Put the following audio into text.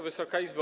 Wysoka Izbo!